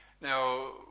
Now